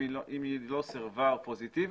אם היא לא סירבה פוזיטיבית,